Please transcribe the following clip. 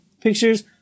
pictures